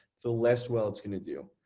the less well it's gonna do.